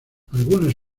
algunos